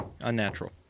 Unnatural